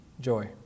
joy